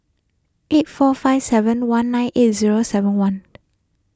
eight four five seven one nine eight zero seven one